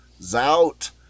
Zout